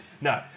No